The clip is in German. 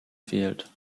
fehlt